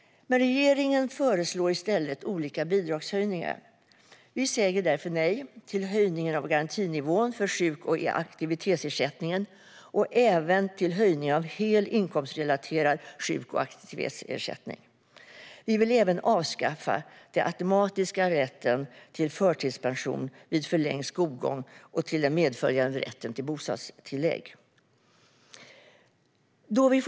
Regeringen föreslår dock olika bidragshöjningar i stället. Vi säger därför nej till höjningen av garantinivån för sjuk och aktivitetsersättningen och även till höjningen av hel inkomstrelaterad sjuk och aktivitetsersättning. Vi vill även avskaffa den automatiska rätten till förtidspension vid förlängd skolgång och den medföljande rätten till bostadstillägg.